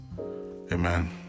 amen